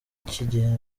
cyigeze